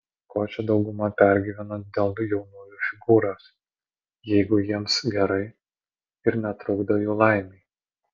ko čia dauguma pergyvenat dėl jaunųjų figūros jeigu jiems gerai ir netrukdo jų laimei